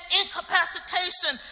incapacitation